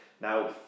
Now